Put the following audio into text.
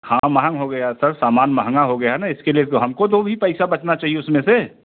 हाँ महंगा हो गया है सर सामान महंगा हो गया है न इसके लिए तो हमको दो भी पैसा बचना चाहिए उसमें से